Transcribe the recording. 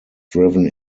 driven